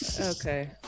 okay